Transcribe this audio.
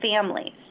families